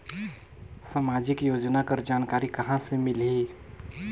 समाजिक योजना कर जानकारी कहाँ से मिलही?